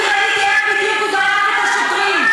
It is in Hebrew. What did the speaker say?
אני ראיתי איך בדיוק הוא דחף את השוטרים.